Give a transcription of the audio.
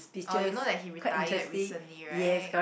oh you know that he retired recently right